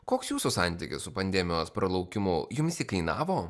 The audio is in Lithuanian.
koks jūsų santykis su pandemijos pralaukimu jums ji kainavo